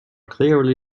clearly